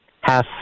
half